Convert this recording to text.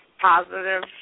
positive